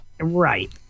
Right